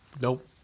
Nope